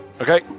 okay